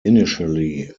initially